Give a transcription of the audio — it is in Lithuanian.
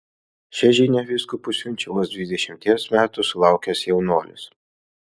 šią žinią vyskupui siunčia vos dvidešimties metų sulaukęs jaunuolis